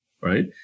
right